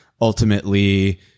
ultimately